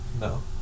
No